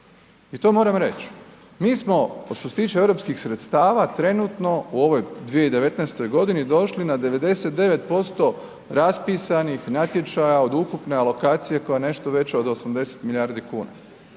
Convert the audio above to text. i to moram reći. Mi smo što se tiče europskih sredstava trenutno u ovoj 2019. godini došli na 99% raspisanih natječaja od ukupne alokacije koja je nešto veća od 80 milijardi kuna.